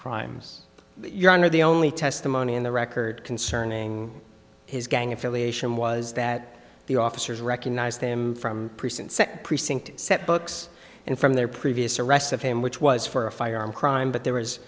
crimes your honor the only testimony in the record concerning his gang affiliation was that the officers recognized them from prison set precinct set books and from their previous arrest of him which was for a firearm crime but there was